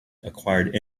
acquired